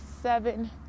seven